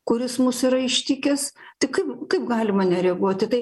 kuris mus yra ištikęs tai kaip kaip galima nereaguoti tai